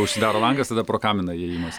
užsidaro langas tada pro kaminą įėjimas